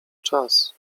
czas